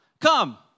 Come